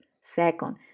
Second